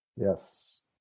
Yes